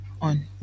on